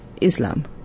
Islam